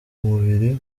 mubiri